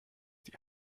die